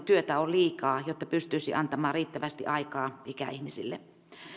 työtä on liikaa jotta pystyisi antamaan riittävästi aikaa ikäihmisille